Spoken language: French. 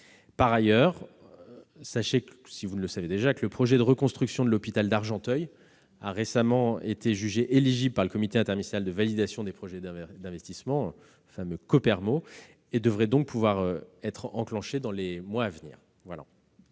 Par ailleurs, le projet de reconstruction de l'hôpital d'Argenteuil a récemment été jugé éligible par le Comité interministériel de validation des projets d'investissement, le Copermo, et devrait donc pouvoir être enclenché dans les mois à venir. La